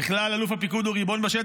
בכלל אלוף הפיקוד הוא ריבון בשטח,